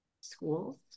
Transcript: schools